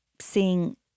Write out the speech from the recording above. seeing